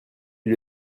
lui